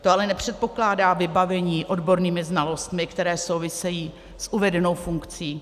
To ale nepředpokládá vybavení odbornými znalostmi, které souvisejí s uvedenou funkcí.